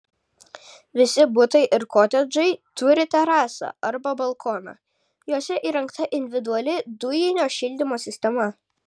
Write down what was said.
visi butai ir kotedžai turi terasą arba balkoną juose įrengta individuali dujinio šildymo sistema